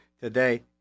today